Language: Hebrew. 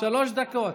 שלוש דקות.